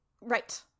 right